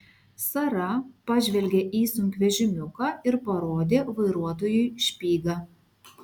sara pažvelgė į sunkvežimiuką ir parodė vairuotojui špygą